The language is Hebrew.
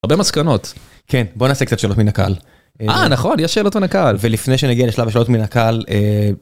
- הרבה מסקנות. - כן, בוא נעשה קצת שאלות מן הקהל - אה, נכון, יש שאלות מן הקהל - ולפני שנגיע לשלב השאלות מן הקהל.